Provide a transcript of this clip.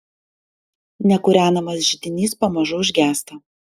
nekūrenamas židinys pamažu užgęsta